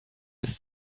ist